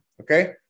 okay